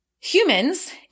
Humans